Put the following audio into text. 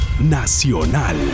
Nacional